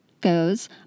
goes